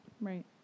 Right